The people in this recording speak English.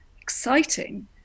exciting